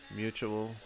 mutual